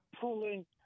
pulling